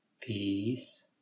peace